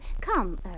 Come